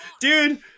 Dude